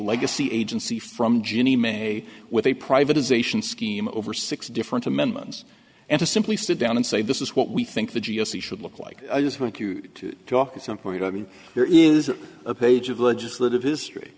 legacy agency from ginnie mae with a privatization scheme over six different amendments and to simply sit down and say this is what we think the g s t should look like i just want you to talk at some point i mean there is a page of legislative history